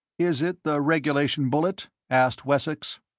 is it the regulation bullet? asked wessex.